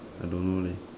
I don't know leh